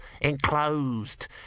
enclosed